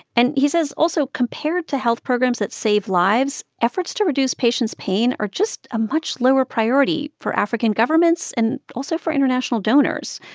and he says also, compared to health programs that save lives, efforts to reduce patients' pain are just a much lower priority for african governments and also for international donors,